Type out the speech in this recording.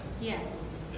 Yes